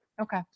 Okay